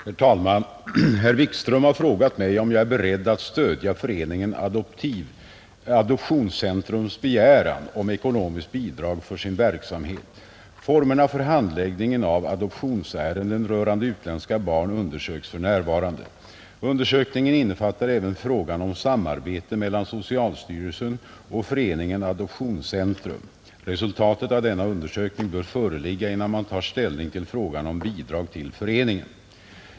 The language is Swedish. Herr talman! Herr Wikström har frågat mig om jag är beredd att stödja Föreningen Adoptionscentrums begäran om ekonomiskt bidrag för sin verksamhet. Formerna för handläggningen av adoptionsärenden rörande utländska barn undersöks för närvarande. Undersökningen innefattar även frågan om samarbete mellan socialstyrelsen och Föreningen Adoptionscentrum. Resultatet av denna undersökning bör föreligga innan man tar ställning till frågan om bidrag till föreningen.